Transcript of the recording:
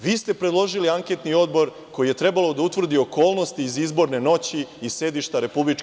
Vi ste predložili anketni odbor koji je trebalo da utvrdi okolnosti iz izborne noći i sedišta RIK.